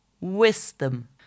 wisdom